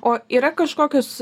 o yra kažkokios